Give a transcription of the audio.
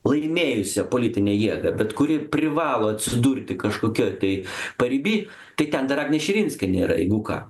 laimėjusią politinę jėgą bet kuri privalo atsidurti kažkokioj tai pariby tai ten dar agnė širinskienė yra jeigu ką